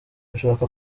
dushaka